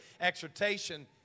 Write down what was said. exhortation